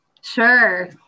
Sure